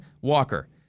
Walker